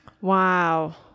Wow